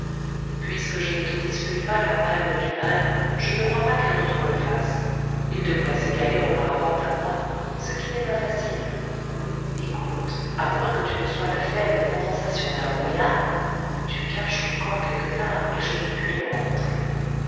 puisque je ne te dispute pas la palme du mal je ne crois pas qu'un autre le fasse il devrait s'égaler auparavant à moi ce qui n'est pas facile écoute à moins que tu ne sois la faible condensation d'un brouillard